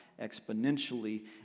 exponentially